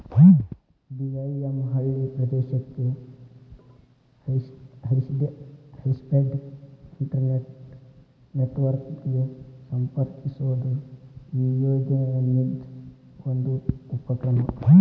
DIM ಹಳ್ಳಿ ಪ್ರದೇಶಕ್ಕೆ high speed internet network ಗ ಸಂಪರ್ಕಿಸೋದು ಈ ಯೋಜನಿದ್ ಒಂದು ಉಪಕ್ರಮ